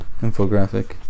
infographic